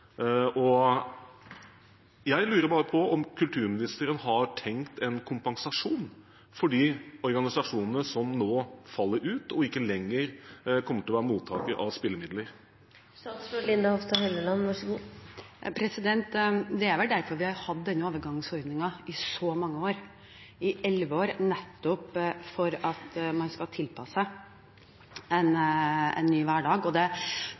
og jeg lurer på om kulturministeren har tenkt seg en kompensasjon for de organisasjonene som nå faller ut, og som ikke lenger kommer til å være mottaker av spillemidler. Det er vel derfor vi har hatt denne overgangsordningen i så mange år, i elleve år, nettopp for at man skal tilpasse seg en ny hverdag. Det